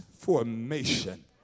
Formation